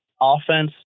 offense